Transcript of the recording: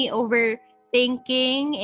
overthinking